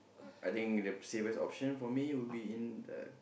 I think the safest option for me would be in the